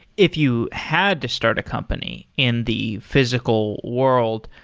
if you had to start a company in the physical world,